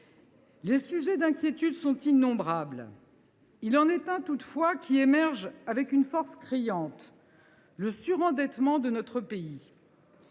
Les sujets d’inquiétude sont innombrables. Il en est un, toutefois, qui émerge avec une force criante : le surendettement de notre pays.